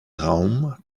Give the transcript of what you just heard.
raum